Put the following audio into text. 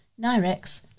Nirex